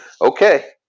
Okay